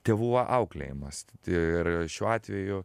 tėvų auklėjimas ir šiuo atveju